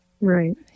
Right